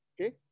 okay